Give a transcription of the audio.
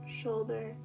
shoulder